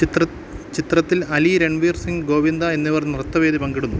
ചിത്രത്തിൽ അലി രൺവീർ സിങ് ഗോവിന്ദ എന്നിവർ നൃത്തവേദി പങ്കിടുന്നു